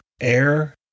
air